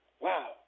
Wow